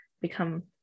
become